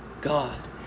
God